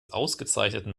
ausgezeichneten